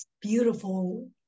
beautiful